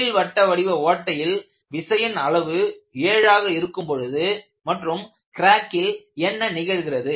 நீள் வட்ட வடிவ ஓட்டையில் விசையின் அளவு 7ஆக இருக்கும் பொழுது மற்றும் கிராக்கில் என்ன நிகழ்கிறது